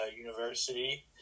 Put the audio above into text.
University